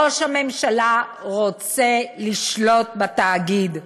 ראש הממשלה רוצה לשלוט בתאגיד,